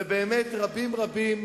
ובאמת רבים-רבים,